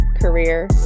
career